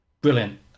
brilliant